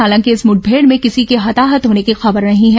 हालांकि इस मुठभेड़ में किसी के हताहत होने की खबर नहीं है